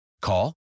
Call